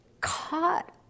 caught